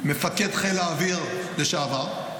-- מפקד חיל האוויר לשעבר.